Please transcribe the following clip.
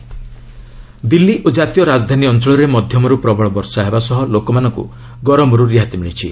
Delhi rain Delhi ଓ ଜାତୀୟ ରାଜଧାନୀ ଅଞ୍ଚଳରେ ମଧ୍ୟମର୍ତ୍ର ପ୍ରବଳ ବର୍ଷା ହେବା ସହ ଲୋକମାନଙ୍କୁ ଗରମର୍ତ ରିହାତି ମିଳିଛି